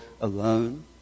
alone